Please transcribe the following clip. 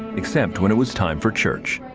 except when it was time for church.